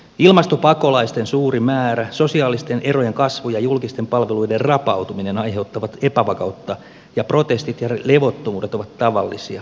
ilmastopakolaisten suuri määrä sosiaalisten erojen kasvu ja julkisten palvelujen rapautuminen aiheuttavat epävakautta protestit ja levottomuudet ovat tavallisia